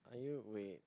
are you wait